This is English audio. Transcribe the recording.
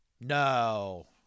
No